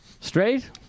Straight